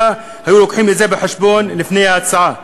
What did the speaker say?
היו מביאים את זה בחשבון לפני ההצעה,